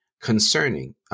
concerning